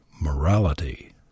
Morality